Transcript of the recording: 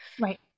right